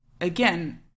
again